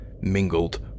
mingled